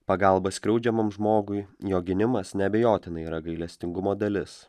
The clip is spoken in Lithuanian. pagalba skriaudžiamam žmogui jo gynimas neabejotinai yra gailestingumo dalis